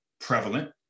prevalent